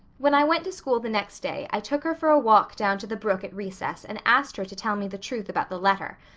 when i went to school the next day i took her for a walk down to the brook at recess and asked her to tell me the truth about the letter.